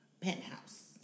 Penthouse